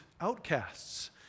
outcasts